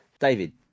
David